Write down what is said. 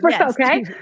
Okay